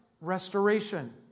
restoration